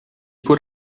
put